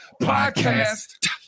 Podcast